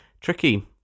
Tricky